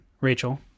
Rachel